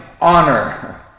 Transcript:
honor